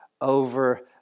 over